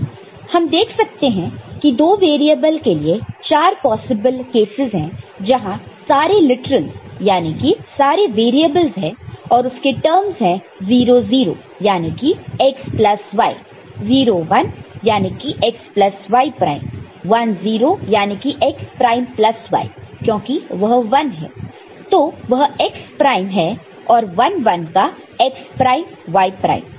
हम देख सकते हैं कि दो वेरिएबल के लिए 4 पॉसिबल केसेस है जहां सारे लिटरल्स यानी कि सारे वैरियेबल्स है और उसके टर्मस हैं 0 0 याने की x प्लस y 0 1 यानी कि x प्लस y प्राइम 1 0 याने की x प्राइम प्लस y क्योंकि वह 1 है तो वह x प्राइम है और 1 1 का x प्राइम y प्राइम